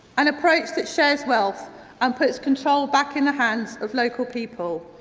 an approach that shares wealth and puts control back in the hands of local people.